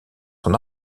son